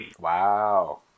Wow